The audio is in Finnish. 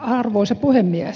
arvoisa puhemies